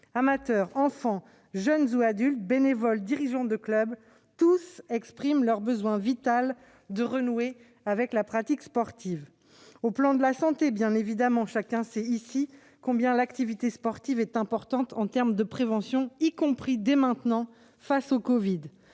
amateurs, enfants, jeunes ou adultes, bénévoles ou dirigeants de clubs, tous expriment leur besoin vital de renouer avec la pratique sportive. Du point de vue de la santé, chacun sait ici combien l'activité sportive est importante pour la prévention, y compris maintenant, face au covid-19.